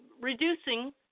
reducing